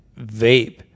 vape